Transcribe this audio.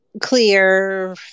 clear